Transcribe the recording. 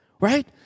Right